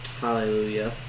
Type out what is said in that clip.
Hallelujah